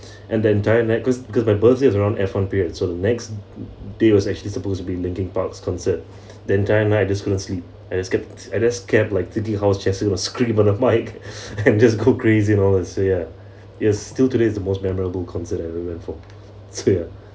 and the entire night because cause my birthday was around F one period so the next day was actually supposed to be linkin park's concert the entire night just couldn't sleep I just kept I just kept like scream on a mic and just go crazy you know let's say ah yes still today is the most memorable concert I ever went for so ya